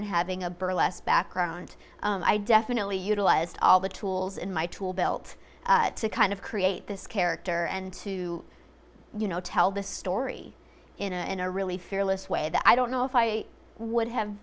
and having a burlesque background i definitely utilized all the tools in my tool belt to kind of create this character and to you know tell the story in a really fearless way that i don't know if i would have